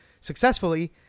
successfully—